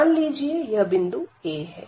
मान लीजिए यह बिंदु a है